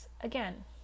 again